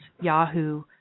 Yahoo